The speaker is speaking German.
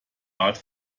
art